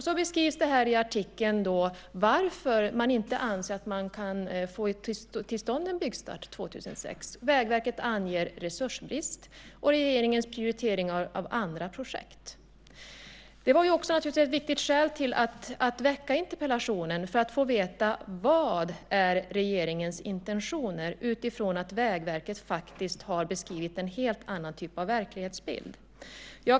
Så beskrivs det i artikeln varför man inte anser att man kan få till stånd en byggstart 2006. Vägverket anger resursbrist och regeringens prioriteringar av andra projekt. Det var också ett viktigt skäl för mig att framställa interpellationen, att få veta vad regeringens intentioner är utifrån att Vägverket faktiskt har beskrivit en helt annan typ av verklighetsbild.